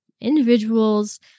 individuals